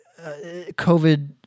COVID